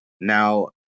now